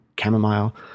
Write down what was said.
chamomile